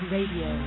Radio